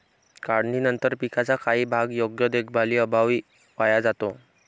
काढणीनंतर पिकाचा काही भाग योग्य देखभालीअभावी वाया जातो